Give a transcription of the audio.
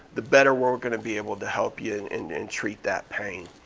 the better we're gonna be able to help you and and and treat that pain.